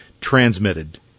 transmitted